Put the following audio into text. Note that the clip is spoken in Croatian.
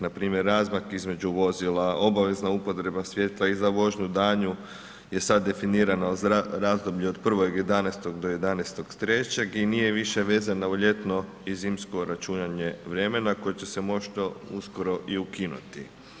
Npr. razmak između vozila, obavezna upotreba svjetla i za vožnju danju je sad definirana za razdoblje od 1.11. do 11.3. i nije više vezana u ljetno i zimsko računanje vremena koje će se možda uskoro i ukinuti.